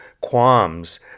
qualms